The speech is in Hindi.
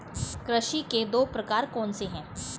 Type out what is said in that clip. कृषि के दो प्रकार कौन से हैं?